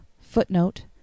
Footnote